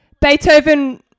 Beethoven